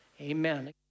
Amen